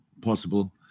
possible